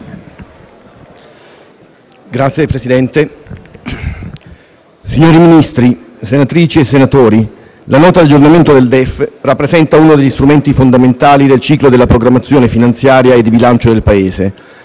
signori Ministri, senatrici e senatori, la Nota di aggiornamento del DEF rappresenta uno degli strumenti fondamentali del ciclo della programmazione finanziaria e di bilancio del Paese: